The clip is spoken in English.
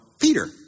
Peter